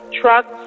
trucks